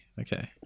Okay